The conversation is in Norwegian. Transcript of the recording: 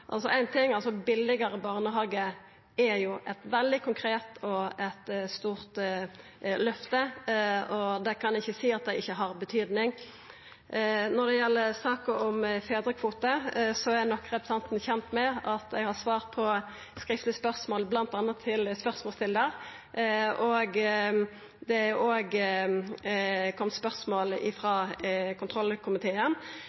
Billegare barnehagar er eit veldig konkret og eit stort løfte, og ein kan ikkje seia at det ikkje har betydning. Når det gjeld saka om fedrekvota, er nok representanten Almeland kjent med at eg har svart på skriftleg spørsmål bl.a. til spørsmålsstillaren. Det er òg kome spørsmål